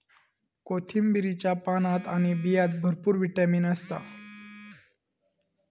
कोथिंबीरीच्या पानात आणि बियांत भरपूर विटामीन असता